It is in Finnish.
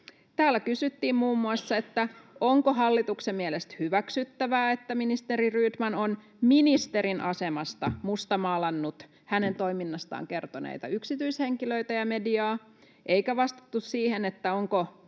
Täällä kysyttiin muun muassa, onko hallituksen mielestä hyväksyttävää, että ministeri Rydman on ministerin asemassa mustamaalannut hänen toiminnastaan kertoneita yksityishenkilöitä ja mediaa, eikä vastattu siihen, onko